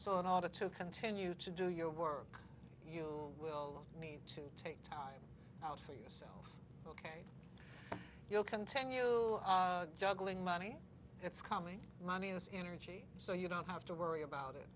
so in order to continue to do your work you will need to take time out for yourself ok you'll continue to juggling money it's coming money is energy so you don't have to worry about it